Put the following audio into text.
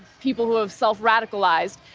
people who have self radicalized,